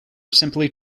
simply